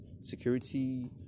security